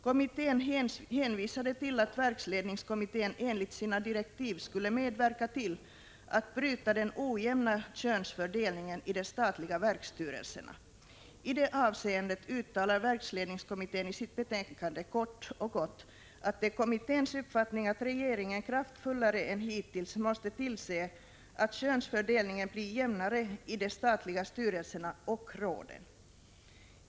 Kommittén hänvisade till att verksledningskommittén enligt sina direktiv skulle medverka till att bryta den ojämna könsfördelningen i de statliga verksstyrelserna. I det avseendet uttalar verksledningskommittén i sitt betänkande kort och gott att det är kommitténs uppfattning att regeringen kraftfullare än hittills måste tillse att könsfördelningen blir jämnare i de statliga styrelserna och råden.